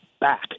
back